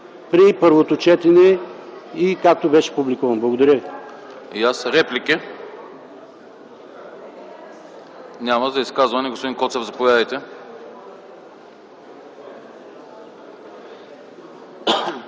при първото четене и както беше публикуван. Благодаря ви.